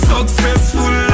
Successful